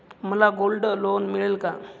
मला gold loan मिळेल का?